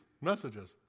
messages